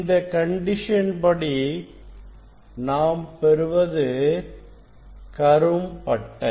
இந்த கண்டிஷன் படி நாம் பெறுவது கரும் பட்டை